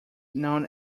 known